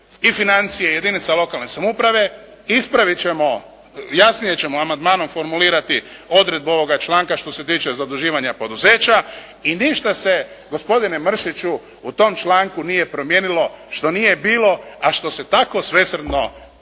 i financije jedinica lokalne samouprave, ispraviti ćemo, jasnije ćemo amandmanom formulirati odredbu ovoga članka što se tiče zaduživanja poduzeća i ništa se, gospodine Mršiću u tom članku nije promijenilo što nije bilo, a što se tako svesrdno